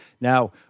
Now